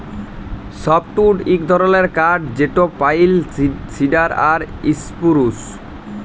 softwood ইক ধরলের কাঠ যেট পাইল, সিডার আর ইসপুরুস